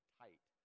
tight